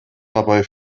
dabei